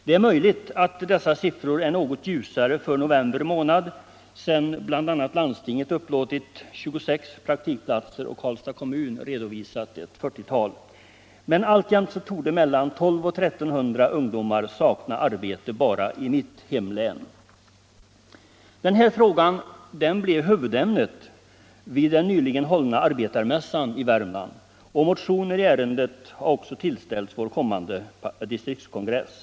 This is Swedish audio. Det är möjligt att dessa siffror är något ljusare för november månad, sedan bl.a. landstinget upplåtit 26 praktikplatser och Karlstads kommun redovisat ett 40-tal. Men alltjämt torde mellan 1 200 och 1 300 ungdomar sakna arbete bara i mitt hemlän. Den här frågan blev huvudämnet vid den nyligen hållna arbetarmässan i Värmland, och motioner i ärendet har också tillställts vår kommande distriktskongress.